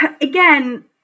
again